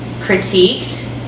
critiqued